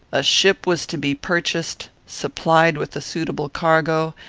a ship was to be purchased, supplied with a suitable cargo,